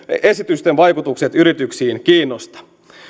esitysten vaikutukset yrityksiin kiinnosta